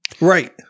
Right